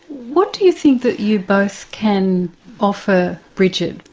what do you think that you both can offer bridget?